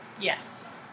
Yes